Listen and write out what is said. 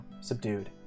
subdued